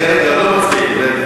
רגע, לא מצביעים.